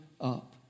up